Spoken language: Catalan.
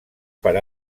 per